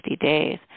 days